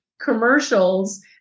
commercials